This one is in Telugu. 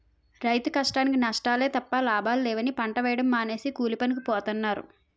రైతు కష్టానికీ నష్టాలే తప్ప లాభాలు లేవని పంట వేయడం మానేసి కూలీపనికి పోతన్నారు